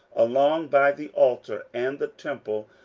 along by the altar and the temple,